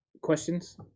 questions